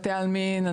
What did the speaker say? בתי עלמין,